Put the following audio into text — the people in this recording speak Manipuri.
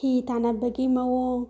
ꯍꯤ ꯇꯥꯟꯅꯕꯒꯤ ꯃꯑꯣꯡ